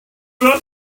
that